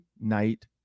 night